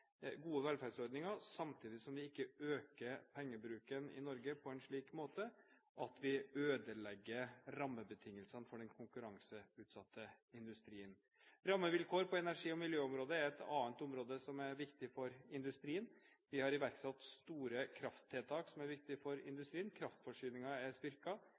gode velferdsordninger samtidig som vi ikke øker pengebruken i Norge på en slik måte at vi ødelegger rammebetingelsene for den konkurranseutsatte industrien. Rammevilkår på energi- og miljøområdet er et annet område som er viktig for industrien. Vi har iverksatt store krafttiltak som er viktige for industrien. Kraftforsyningen er